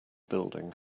building